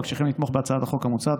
אבקשכם לתמוך בהצעת החוק המוצעת,